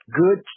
good